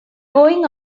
going